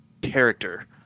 character